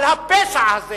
על הפשע הזה